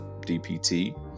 DPT